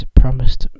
promised